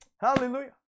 Hallelujah